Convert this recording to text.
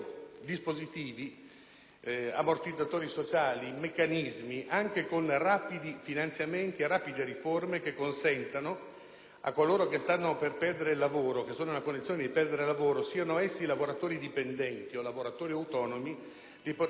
ammortizzatori sociali, meccanismi, anche con rapidi finanziamenti e rapide riforme, che consentano a coloro che stanno per perdere il lavoro o che sono nella condizione di perderlo, siano essi lavoratori dipendenti o lavoratori autonomi, di avere, in una fase